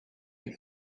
your